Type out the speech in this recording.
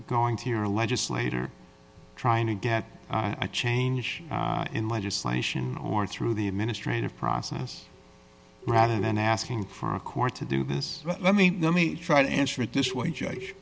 going to your legislator trying to get a change in legislation or through the administrative process rather than asking for a court to do this let me let me try to answer it this way judge